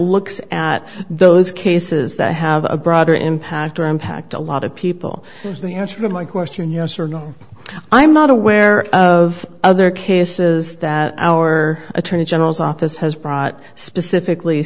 looks at those cases that have a broader impact or impact a lot of people is the answer to my question yes or no i'm not aware of other cases that our attorney general's office has brought specifically